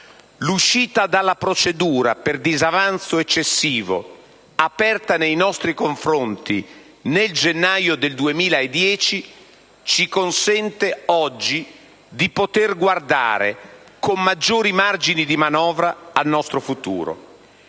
L'uscita dalla procedura per disavanzo eccessivo aperta nei nostri confronti nel gennaio del 2010 ci consente oggi di poter guardare con maggiori margini di manovra al nostro futuro.